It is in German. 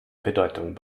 bedeutung